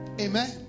Amen